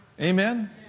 Amen